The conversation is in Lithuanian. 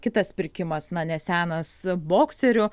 kitas pirkimas na ne senas bokserių